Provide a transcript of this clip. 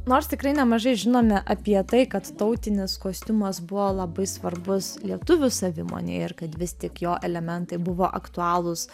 nors tikrai nemažai žinome apie tai kad tautinis kostiumas buvo labai svarbus lietuvių savimonei ir kad vis tik jo elementai buvo aktualūs